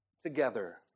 together